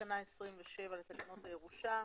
תקנה 27 לתקנות הירושה.